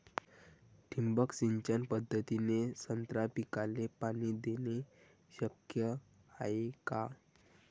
ठिबक सिंचन पद्धतीने संत्रा पिकाले पाणी देणे शक्य हाये का?